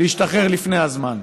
להשתחרר לפני הזמן.